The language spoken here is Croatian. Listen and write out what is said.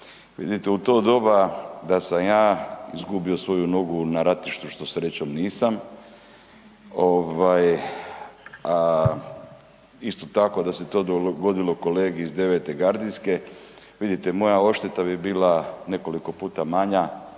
vidite u to doba da sam ja izgubio svoju nogu na ratištu što srećom nisam ovaj, a isto tako da se to dogodilo kolegi iz 9.-te gardijske vidite moja odšteta bi bila nekoliko puta manja